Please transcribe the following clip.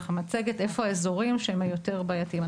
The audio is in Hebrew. המצגת איפה האזורים שהם היותר בעייתיים.